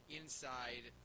inside